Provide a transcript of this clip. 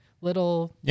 little